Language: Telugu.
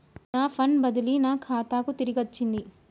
నా ఫండ్ బదిలీ నా ఖాతాకు తిరిగచ్చింది